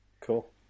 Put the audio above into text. Cool